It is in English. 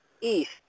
East